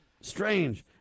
strange